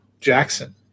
Jackson